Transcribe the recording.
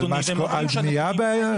אדוני --- על בנייה באיו"ש?